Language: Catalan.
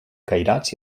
cairats